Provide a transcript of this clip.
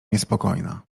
niespokojna